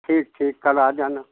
ठीक ठीक कल आ जाना